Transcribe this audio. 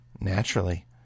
Naturally